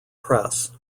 press